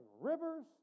rivers